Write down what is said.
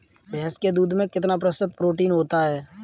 भैंस के दूध में कितना प्रतिशत प्रोटीन होता है?